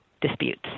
disputes